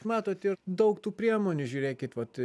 matot ir daug tų priemonių žiūrėkit vat